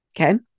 Okay